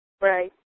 Right